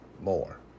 more